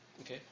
Okay